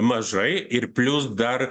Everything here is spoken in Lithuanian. mažai ir plius dar